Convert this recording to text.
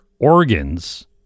organs